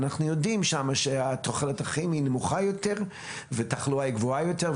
אנחנו יודעים שתוחלת החיים שם נמוכה יותר והתחלואה גבוהה יותר.